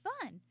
fun